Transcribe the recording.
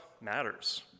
matters